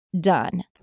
done